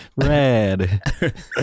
Red